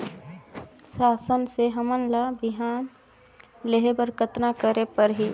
शासन से हमन ला बिहान लेहे बर कतना करे परही?